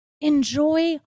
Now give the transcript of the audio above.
enjoy